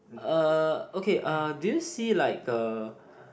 uh okay uh do you see like a